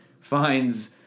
Finds